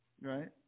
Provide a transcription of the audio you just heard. Right